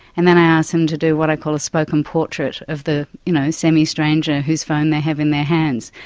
and then i ask them to do what i call a spoken portrait of the you know semi-stranger whose phone they have in their hands.